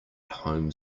home